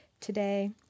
today